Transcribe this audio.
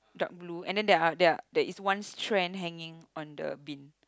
dark blue and then there are there are there is one strand hanging on the bin